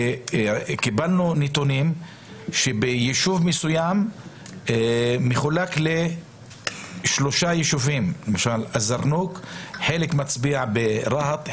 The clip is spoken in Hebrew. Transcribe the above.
קיבלנו נתונים שביישוב מסוים שמחולק לשלושה יישובים חלק מצביעים ברהאט,